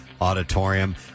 Auditorium